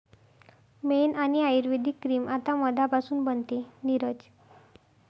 मेण आणि आयुर्वेदिक क्रीम आता मधापासून बनते, नीरज